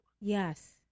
Yes